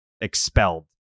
Expelled